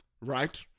right